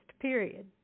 period